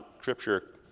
Scripture